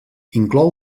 inclou